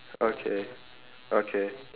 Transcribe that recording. okay okay